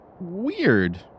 weird